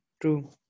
True